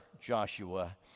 Joshua